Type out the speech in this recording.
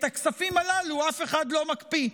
את הכספים הללו אף אחד לא מקפיא?